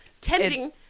Tending